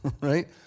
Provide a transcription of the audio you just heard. right